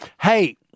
Hey